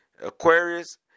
aquarius